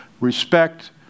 respect